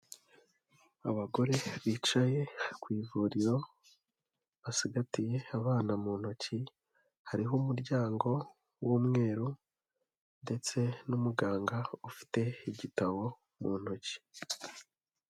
Abagore bicaye ku ivuriro basigagatiye abana mu ntoki, hariho umuryango w'umweru ndetse n'umuganga ufite igitabo mu ntoki.